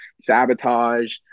sabotage